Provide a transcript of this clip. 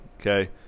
okay